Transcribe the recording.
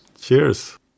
Cheers